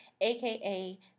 aka